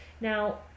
Now